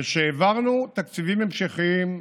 וכשהעברנו תקציבים המשכיים,